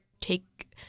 take